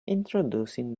introducing